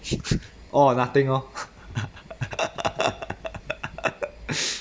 all or nothing lor